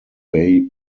bay